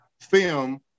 film